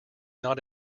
not